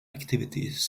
activities